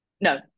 No